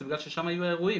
זה בגלל ששם היו האירועים.